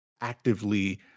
actively